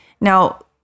Now